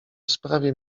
sprawie